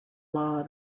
law